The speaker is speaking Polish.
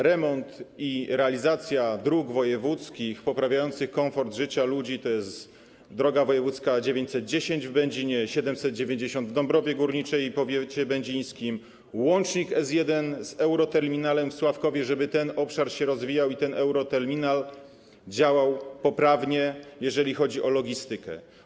Remont i realizacja dróg wojewódzkich poprawiających komfort życia ludzi, tj. drogi wojewódzkie nr 910 w Będzinie, nr 790 w Dąbrowie Górniczej i powiecie będzińskim, łącznik S1 z Euroterminalem w Sławkowie, żeby ten obszar się rozwijał i ten euroterminal działał poprawnie, jeżeli chodzi o logistykę.